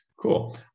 Cool